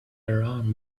around